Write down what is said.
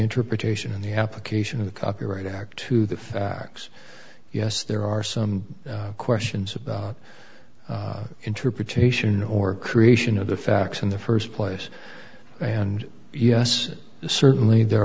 interpretation in the application of the copyright act to the facts yes there are some questions about interpretation or creation of the facts in the first place and yes certainly there